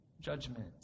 judgment